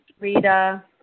Rita